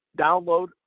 download